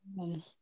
Amen